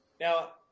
Now